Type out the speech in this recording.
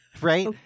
Right